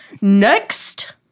Next